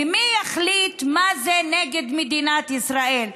מי יחליט מה זה נגד מדינת ישראל?